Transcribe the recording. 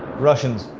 russians!